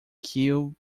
kill